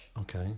Okay